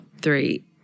three